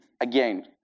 Again